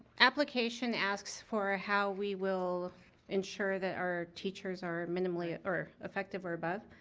application asks for ah how we will ensure that our teachers are minimally, or effective or above,